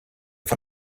von